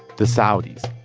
the saudis.